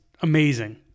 amazing